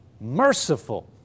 merciful